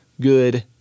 good